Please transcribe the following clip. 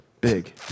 Big